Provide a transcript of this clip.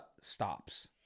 stops